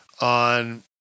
on